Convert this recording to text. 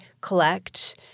collect